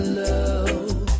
love